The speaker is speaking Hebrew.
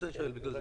ויזה.